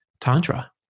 Tantra